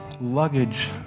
luggage